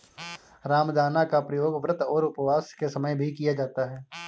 रामदाना का प्रयोग व्रत और उपवास के समय भी किया जाता है